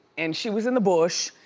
and she was in the bush,